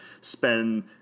spend